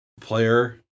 player